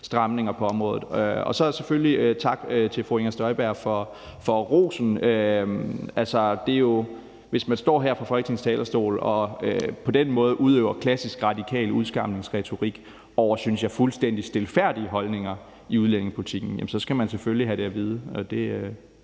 stramninger på området. Så vil jeg selvfølgelig sige tak til fru Inger Støjberg for rosen. Hvis man står her på Folketingets talerstol og på den måde udøver klassisk radikal udskamningsretorik mod det, jeg synes er fuldstændig stilfærdige holdninger i udlændingepolitikken, jamen så skal man selvfølgelig have det at vide. Sådan